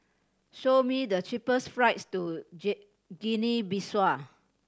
show me the cheapest flights to Guinea Bissau